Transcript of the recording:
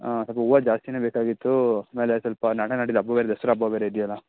ಹಾಂ ಸ್ವಲ್ಪ ಹೂವಾ ಜಾಸ್ತಿಯೇ ಬೇಕಾಗಿತ್ತು ಆಮೇಲೆ ಸ್ವಲ್ಪ ನಾಳೆ ನಾಡಿದ್ದು ಹಬ್ಬ ಬೇರೆ ದಸರಾ ಹಬ್ಬ ಬೇರೆ ಇದೆಯಲ್ಲ